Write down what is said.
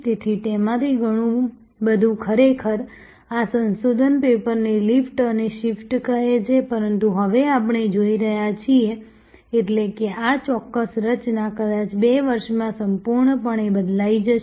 તેથી તેમાંથી ઘણું બધું ખરેખર આ સંશોધન પેપરને લિફ્ટ અને શિફ્ટ કહે છે પરંતુ હવે આપણે જે જોઈ રહ્યા છીએ એટલે કે આ ચોક્કસ રચના કદાચ 2 વર્ષમાં સંપૂર્ણપણે બદલાઈ જશે